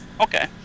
Okay